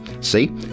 See